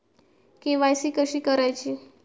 KYC कशी करायची?